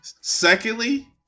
Secondly